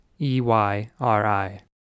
E-Y-R-I